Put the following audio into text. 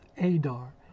Adar